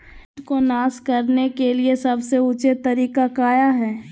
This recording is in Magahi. किट को नास करने के लिए सबसे ऊंचे तरीका काया है?